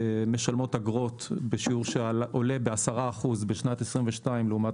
משלמות אגרות בשיעור שעולה ב-10% בשנת 2022 לעומת